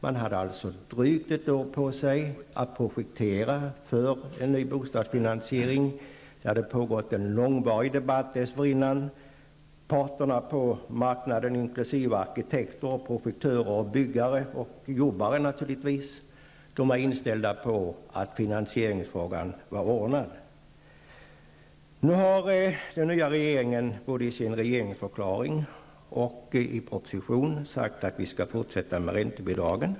Man hade alltså drygt ett år på sig att projektera för en ny bostadsfinansiering. Och det hade pågått en lång debatt dessförinnan. Parterna på marknaden, inkl. arkitekter, projektörer, byggare och naturligtvis även jobbare, var inställda på att finansieringsfrågan var ordnad. Nu har den nya regeringen både i sin regeringsförklaring och i en proposition sagt att räntebidragen skall finnas även i fortsättningen.